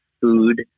food